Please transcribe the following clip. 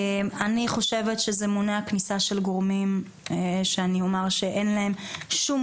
אני חושבת שזה מונע כניסה של גורמים שאין להם שום